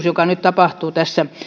joka nyt tapahtuu tässä